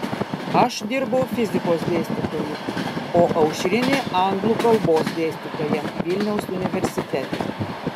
aš dirbau fizikos dėstytoju o aušrinė anglų kalbos dėstytoja vilniaus universitete